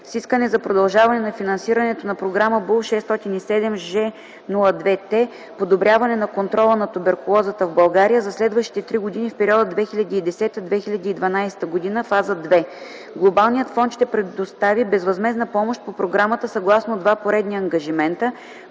с искане за продължаване на финансирането на Програма BUL-607-G02-T „Подобряване на контрола на туберкулозата в България” за следващите три години в периода 2010-2012 (фаза 2). Глобалният фонд ще предостави безвъзмездна помощ по програмата съгласно два поредни ангажимента,